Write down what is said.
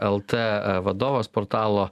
lt vadovas portalo